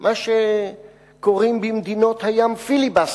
מה שקוראים במדינות הים פיליבסטר,